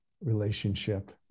relationship